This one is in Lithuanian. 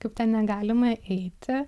kaip ten negalima eiti